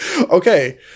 okay